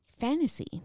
Fantasy